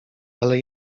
ale